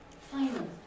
final